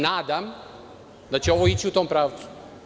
Nadam se da će ovo ići u tom pravcu.